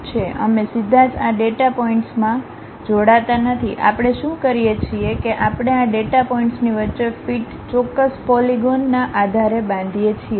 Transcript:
અમે સીધા જ આ ડેટા પોઇન્ટ્સમાં જોડાતા નથી આપણે શું કરીએ છીએ કે આપણે આ ડેટા પોઇન્ટ્સની વચ્ચે ફિટ ચોક્કસ પોલીગોન પોલીગોન ના આધારે બાંધીએ છીએ